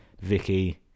Vicky